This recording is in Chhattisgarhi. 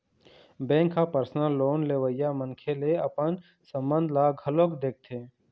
बेंक ह परसनल लोन लेवइया मनखे ले अपन संबंध ल घलोक देखथे